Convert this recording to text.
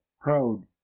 proud